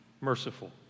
merciful